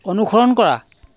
অনুসৰণ কৰা